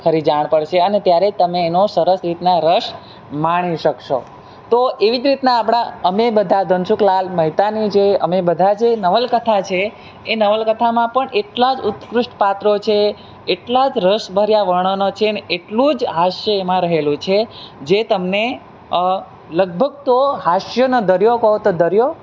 ખરી જાણ પડશે અને ત્યારે જ તમે એનો સરસ રીતના રસ માણી શકશો તો એવી જ રીતના આપણા અમે બધા ધનસુખલાલ મહેતાની જે અમે બધા જે નવલકથા છે એ નવલકથામાં પણ એટલા જ ઉતકૃષ્ટ પાત્રો છે એટલા જ રસભર્યા વર્ણનો છે અને એટલું જ હાસ્ય એમાં રહેલું છે જે તમને લગભગ તો હાસ્યોનો દરિયો કહો તો દરિયો